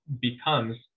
becomes